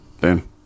Boom